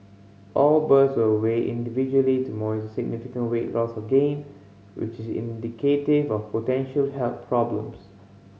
all birds were weighed individually to monitor significant weight loss or gain which is indicative of potential health problems